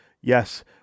yes